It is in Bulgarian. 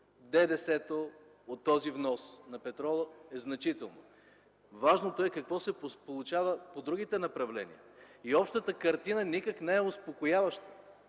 ДДС-то от този внос на петрола е значително. Важното е какво се получава по другите направления и общата картина никак не е успокояваща.